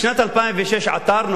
בשנת 2006 עתרנו,